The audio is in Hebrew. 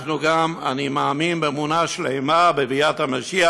אני מאמין באמונה שלמה בביאת המשיח,